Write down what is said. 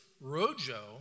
Rojo